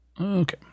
Okay